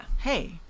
Hey